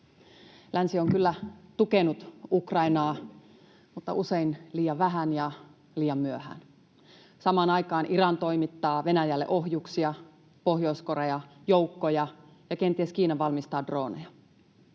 Länsi on kyllä tukenut Ukrainaa, mutta usein liian vähän ja liian myöhään. Samaan aikaan Iran toimittaa Venäjälle ohjuksia, Pohjois-Korea joukkoja, ja kenties Kiina valmistaa drooneja.